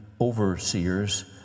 overseers